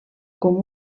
com